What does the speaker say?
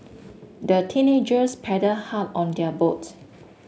the teenagers paddled hard on their boat